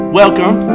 welcome